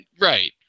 Right